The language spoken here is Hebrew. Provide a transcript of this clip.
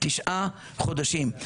תשעה חודשים.